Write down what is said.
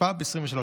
התשפ"ד 2023,